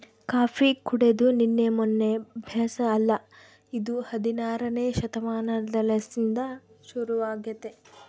coffee ಕುಡೆದು ನಿನ್ನೆ ಮೆನ್ನೆ ಅಭ್ಯಾಸ ಅಲ್ಲ ಇದು ಹದಿನಾರನೇ ಶತಮಾನಲಿಸಿಂದ ಶುರುವಾಗೆತೆ